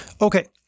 Okay